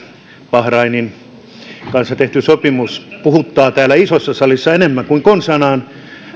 bahrainin kanssa tehty sopimus puhuttaa täällä isossa salissa enemmän kuin konsanaan